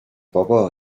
بابا